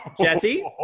Jesse